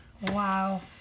Wow